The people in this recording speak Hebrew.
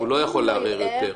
הוא לא יכול לערער יותר.